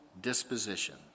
disposition